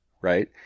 right